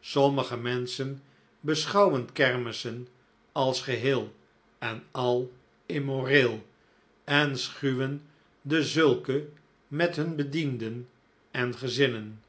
sommige menschen beschouwen kermissen als geheel en al immoreel en schuwen dezulke met hun bedienden en gezinnen